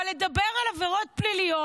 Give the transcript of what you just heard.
אבל לדבר על עבירות פליליות?